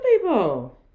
people